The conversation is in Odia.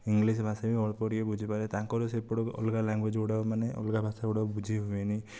ଇଂଲିଶ୍ ଭାଷା ବି ଅଳ୍ପ ଟିକିଏ ବୁଝିପାରେ ତାଙ୍କର ସେପଟକୁ ଅଲଗା ଲାଙ୍ଗୁଏଜ୍ ଗୁଡ଼ାକ ମାନେ ଅଲଗା ଭାଷାଗୁଡ଼ାକ ବୁଝି ହୁଏନି